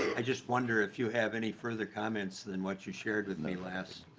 i just wonder if you have any further comments than what you shared with me last.